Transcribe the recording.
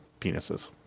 penises